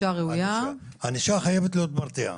ענישה חייבת להיות מרתיעה.